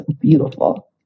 beautiful